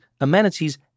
amenities